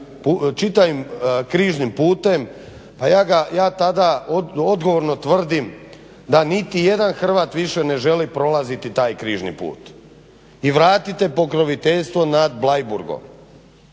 čitavim križnim putem pa ja tada odgovorno tvrdim da nitijedan Hrvat više ne želi prolaziti taj križni put. I vratite pokroviteljstvo nad Bleiburgom